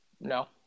No